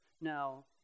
Now